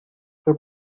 fue